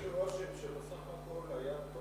יש לי רושם שבסך הכול היה טוב